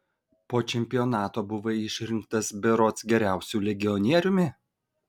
po čempionato buvai išrinktas berods geriausiu legionieriumi